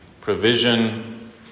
provision